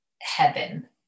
heaven